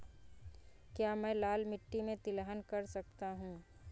क्या मैं लाल मिट्टी में तिलहन कर सकता हूँ?